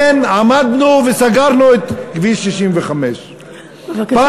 כן, עמדנו וסגרנו את כביש 65. בבקשה לסיים.